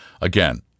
again